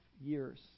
years